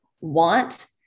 want